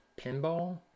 Pinball